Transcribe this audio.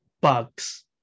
bugs